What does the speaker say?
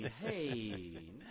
Hey